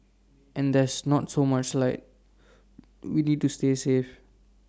and there's not so much light we need to stay safe